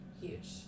huge